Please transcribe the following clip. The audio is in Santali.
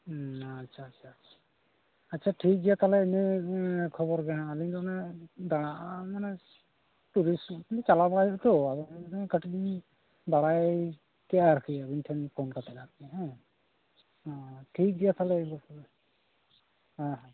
ᱟᱪᱪᱷᱟ ᱟᱪᱪᱷᱟ ᱟᱪᱪᱷᱟ ᱴᱷᱤᱠ ᱜᱮᱭᱟ ᱛᱟᱦᱚᱞᱮ ᱤᱱᱟᱹ ᱠᱷᱚᱵᱚᱨ ᱜᱮᱦᱟᱜ ᱟᱹᱞᱤᱧ ᱫᱚ ᱚᱱᱮ ᱫᱟᱲᱟ ᱢᱟᱱᱮ ᱴᱩᱨᱤᱥᱴ ᱪᱟᱞᱟᱣ ᱵᱟᱲᱟ ᱦᱩᱭᱩᱜᱼᱟ ᱛᱳ ᱟᱫᱚ ᱠᱟᱹᱴᱤᱡ ᱞᱤᱧ ᱵᱟᱲᱟᱭ ᱠᱮᱜᱼᱟ ᱟᱨᱠᱤ ᱟᱹᱵᱤᱱ ᱴᱷᱮᱱ ᱠᱟᱛᱮᱫ ᱟᱨᱠᱤ ᱦᱮᱸ ᱦᱚᱸ ᱴᱷᱤᱠ ᱜᱮᱭᱟ ᱛᱟᱦᱚᱞᱮ